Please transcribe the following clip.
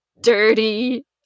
dirty